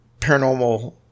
paranormal